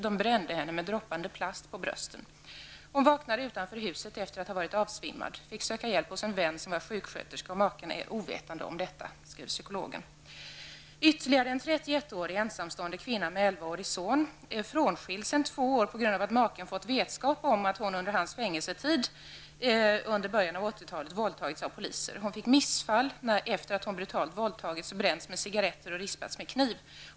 De brände henne med droppande plast på brösten. Hon vaknade utanför huset efter att ha varit avsvimmad och fick söka hjälp hos en vän som är sjuksköterska. Maken är ovetande om detta. Ett annat fall gäller en trettioettårig ensamstående kvinna med en elvaårig son. Hon är frånskild sedan två år på grund av att maken fått vetskap om att hon under hans fängelsetid under början av 80-talet våldtagits av poliser. Hon fick missfall efter det att hon brutalt våldtagits, bränts med cigaretter och rispats med kniv.